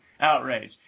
outrage